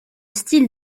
style